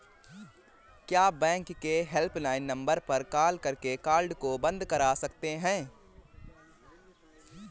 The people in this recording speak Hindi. क्या बैंक के हेल्पलाइन नंबर पर कॉल करके कार्ड को बंद करा सकते हैं?